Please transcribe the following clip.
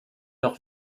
leur